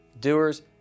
doers